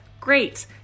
great